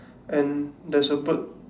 and there's a bird